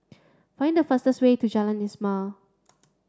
find the fastest way to Jalan Ismail